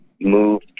move